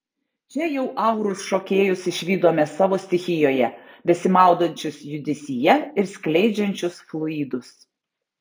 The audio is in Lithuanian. čia jau auros šokėjus išvydome savo stichijoje besimaudančius judesyje ir skleidžiančius fluidus